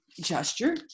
gesture